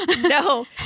No